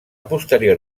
posterior